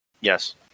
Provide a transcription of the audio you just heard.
Yes